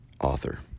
author